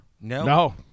No